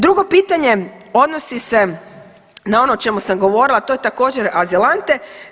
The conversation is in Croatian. Drugo pitanje odnosi se na ono o čemu sam govorila, a to je također azilante.